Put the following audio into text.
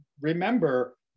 remember